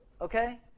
Okay